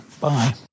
bye